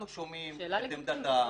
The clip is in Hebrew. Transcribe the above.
אנחנו שומעים את עמדתם.